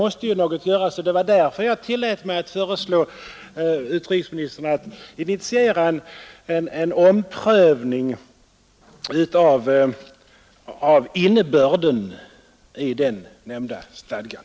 Något måste göras, och det var därför jag tillät mig föreslå utrikesministern att initiera en omprövning av innebörden i den nämnda stadgan,